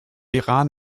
iran